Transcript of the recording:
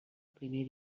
primer